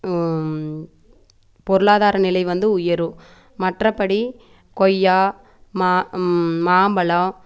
பொருளாதார நிலை வந்து உயரும் மற்றபடி கொய்யா மா மாம்பழம்